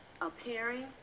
appearing